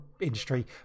industry